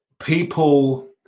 people